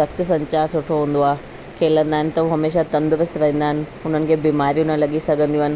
रक्त संचार सुठो हूंदो आहे खेलंदा आहिनि त हू हमेशा तंदुरुस्त रहींदा आहिनि उन्हनि खे बीमारियूं न लॻी सघंदियूं आहिनि